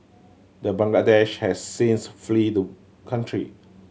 the Bangladeshi has since flee the country